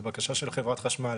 מבקשה של חברת חשמל